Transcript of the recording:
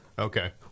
Okay